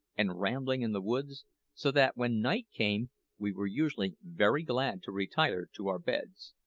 and rambling in the woods so that when night came we were usually very glad to retire to our beds.